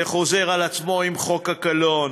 זה חוזר על עצמו עם חוק הקלון,